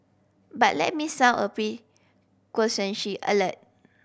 but let me sound a alert